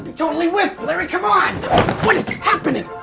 totally with larry come on what is happening